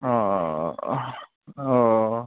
ও ও